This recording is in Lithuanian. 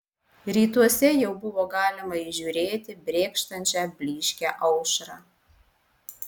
rytuose jau buvo galima įžiūrėti brėkštančią blyškią aušrą